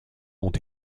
ont